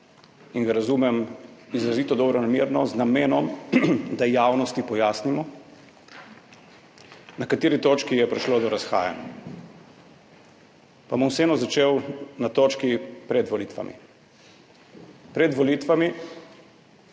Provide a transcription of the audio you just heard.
in ga razumem izrazito dobronamerno, z namenom, da javnosti pojasnimo, na kateri točki je prišlo do razhajanj. Pa bom vseeno začel na točki pred volitvami. Pred volitvami